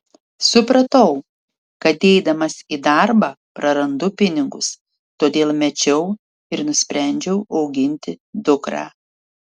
supratau kad eidamas į darbą prarandu pinigus todėl mečiau ir nusprendžiau auginti dukrą